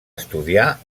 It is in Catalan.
estudiar